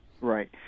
Right